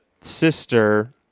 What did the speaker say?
sister